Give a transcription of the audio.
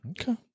Okay